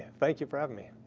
thank you for having me.